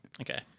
Okay